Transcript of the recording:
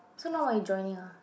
so now what you joining ah